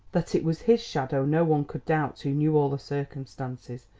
that it was his shadow no one could doubt who knew all the circumstances,